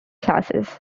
classes